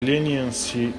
leniency